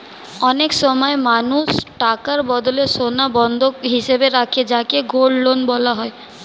অনেক সময় মানুষ টাকার বদলে সোনা বন্ধক হিসেবে রাখে যাকে গোল্ড লোন বলা হয়